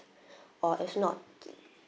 or if not